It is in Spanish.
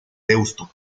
deusto